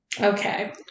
Okay